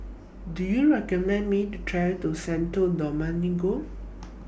Do YOU recommend Me to travel to Santo Domingo